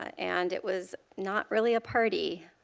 and it was not really a party.